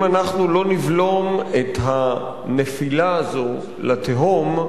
אם אנחנו לא נבלום את הנפילה הזו לתהום,